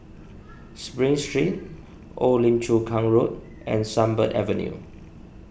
Spring Street Old Lim Chu Kang Road and Sunbird Avenue